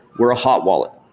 we're a hot wallet.